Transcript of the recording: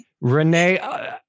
Renee